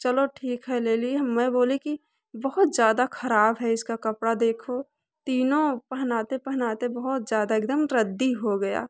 चलो ठीक है ले ली मैं बोली कि बहुत ज़्यादा खराब है इसका कपड़ा देखो तीनों पहनाते पहनाते बहुत ज़्यादा एकदम रद्दी हो गया